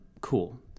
cool